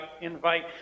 invite